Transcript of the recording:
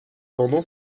pendant